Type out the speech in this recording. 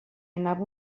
anava